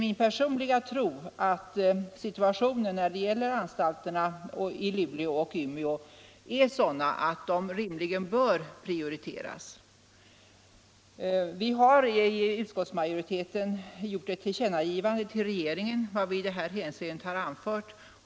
Min personliga tro är emellertid att situationen för anstalterna i Luleå och Umeå är sådan att dessa anstalter rimligen bör prioriteras. Utskottsmajoriteten har föreslagit ett tillkännagivande till regeringen om vad utskottet i detta hänseende har anfört.